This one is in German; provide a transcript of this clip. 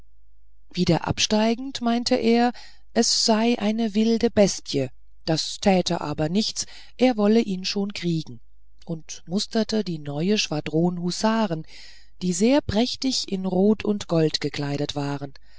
wieder absteigend meinte er es sei eine wilde bestie das täte aber nichts er wolle ihn schon kriegen und musterte die neue schwadron husaren die sehr prächtig in rot und gold gekleidet waren